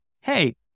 hey